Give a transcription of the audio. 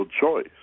choice